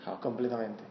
Completamente